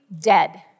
dead